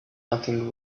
nothing